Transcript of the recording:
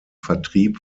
vertrieb